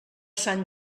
sant